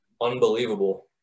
unbelievable